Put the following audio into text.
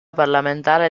parlamentare